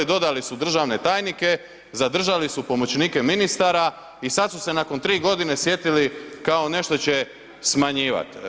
Dodali su državne tajnike, zadržali su pomoćnike ministara i sad su se nakon 3 godine sjetili kao nešto će smanjivat.